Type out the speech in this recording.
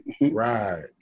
Right